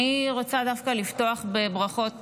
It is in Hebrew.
אני רוצה דווקא לפתוח בברכות